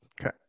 Okay